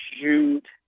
shoot